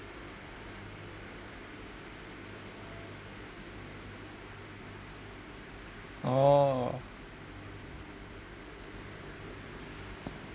orh